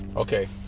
Okay